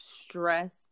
stress